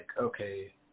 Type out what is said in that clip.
okay